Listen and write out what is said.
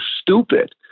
stupid